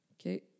Okay